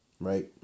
right